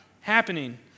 Happening